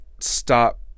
stop